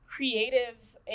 creatives